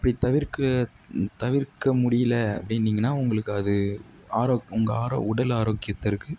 அப்படி தவிர்க்க தவிர்க்க முடியலை அப்படினீங்கன்னா உங்களுக்கு அது ஆரோ உங்கள் ஆரோ உடல் ஆரோக்கியத்திற்கு